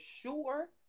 sure